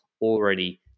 already